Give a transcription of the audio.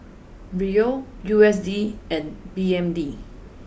Riel U S D and B N D